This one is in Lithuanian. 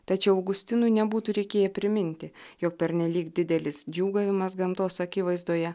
tačiau augustinui nebūtų reikėję priminti jog pernelyg didelis džiūgavimas gamtos akivaizdoje